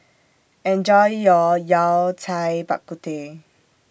Enjoy your Yao Cai Bak Kut Teh